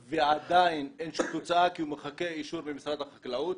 ועדיין אין שום תוצאה כי הוא מחכה לאישור ממשרד החקלאות.